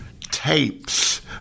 tapes